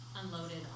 unloaded